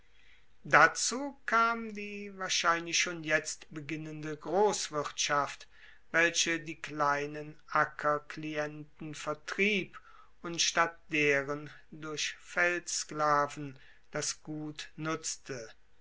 dazu kam die wahrscheinlich schon jetzt beginnende grosswirtschaft welche die kleinen ackerklienten vertrieb und statt deren durch feldsklaven das gut nutzte